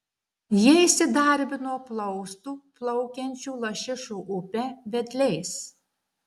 jie įsidarbino plaustų plaukiančių lašišų upe vedliais